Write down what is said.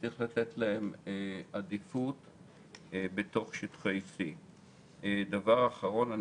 צריך לתת להם עדיפות בתוך שטחי C. אני